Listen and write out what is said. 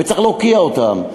וצריך להוקיע אותם.